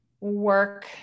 work